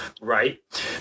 right